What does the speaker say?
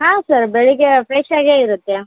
ಹಾಂ ಸರ್ ಬೆಳಿಗ್ಗೆ ಫ್ರೆಷಾಗೆ ಇರುತ್ತೆ